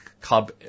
club